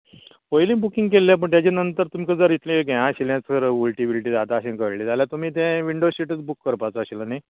पयलीं बूकींग केल्लें पूण तेज्या नंतर तुमकां जर इतलें हें आशिल्लें जर उल्टी बिल्टी जाता ती कळिल्ली जाल्यार तुमी ते विंडो सिटूच बूक करपाचो आशिल्लें नी